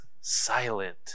silent